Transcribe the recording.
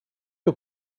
que